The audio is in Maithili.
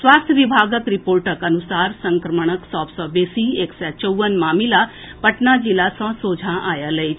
स्वास्थ्य विभागक रिपोर्टक अनुसार संक्रमणक सभ सँ बेसी एक सय चौवन मामिला पटना जिला सँ सोझा आएल अछि